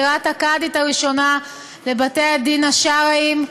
לבחירת הקאדית הראשונה לבתי-הדין השרעיים.